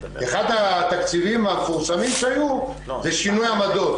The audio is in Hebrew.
אחד התקציבים המפורסמים שהיו, זה שינוי עמדות.